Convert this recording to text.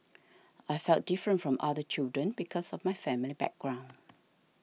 I felt different from other children because of my family background